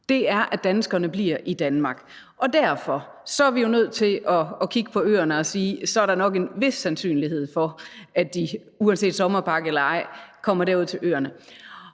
nu, er, at danskerne bliver i Danmark, og derfor er vi jo nødt til at kigge på øerne og sige, at der så nok er en vis sandsynlighed for, at de uanset sommerpakke eller ej kommer derud til øerne.